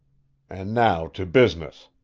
and now to business,